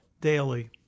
daily